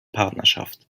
partnerschaft